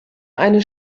eine